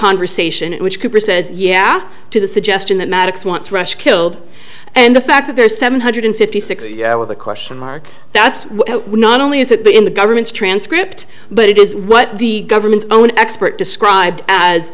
conversation in which cooper says yeah to the suggestion that maddox wants russia killed and the fact that there are seven hundred fifty six with a question mark that's not only is it but in the government's transcript but it is what the government's own expert described as